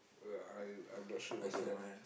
ya I I'm not sure myself